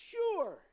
sure